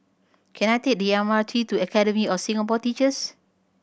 can I take the M R T to Academy of Singapore Teachers